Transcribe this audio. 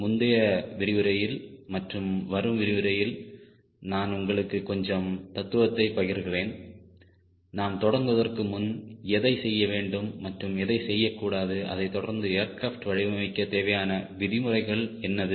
முந்தைய விரிவுரையில் மற்றும் வரும் விரிவுரையில் நான் உங்களுக்கு கொஞ்சம் தத்துவத்தை பகிர்கிறேன் நாம் தொடங்குவதற்கு முன் எதை செய்ய வேண்டும் மற்றும் எதை செய்யக்கூடாது அதைத்தொடர்ந்து ஏர்கிராப்ட் வடிவமைக்கத் தேவையான விதிமுறைகள் என்னது